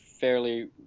fairly